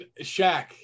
Shaq